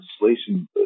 legislation